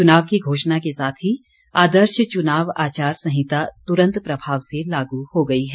चुनाव की घोषणा के साथ ही आदर्श चुनाव आचार संहिता तुरंत प्रभाव से लागू हो गई है